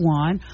one